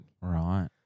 Right